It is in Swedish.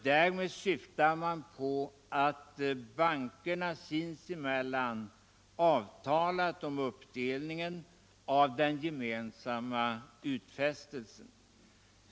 Därmed syftar man på att bankerna sinsemellan avtalat om uppdelningen av den gemensamma utfästelsen.